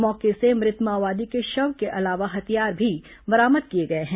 मौके से मृत माओवादी के शव के अलावा हथियार भी बरामद किए गए हैं